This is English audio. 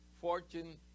fortune